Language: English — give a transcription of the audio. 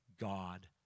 God